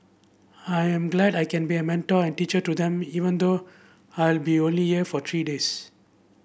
I am glad I can be a mentor and teacher to them even though I'll be only year for three days